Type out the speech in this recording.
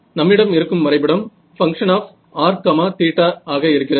நம்மிடம் இருக்கும் வரைபடம் பங்க்ஷன் ஆப் r θ ஆக இருக்கிறது